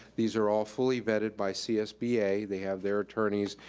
these are all fully vetted by csba. they have their attorneys,